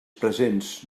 presents